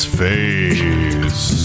face